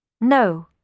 No